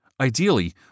Ideally